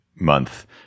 month